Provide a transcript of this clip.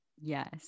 Yes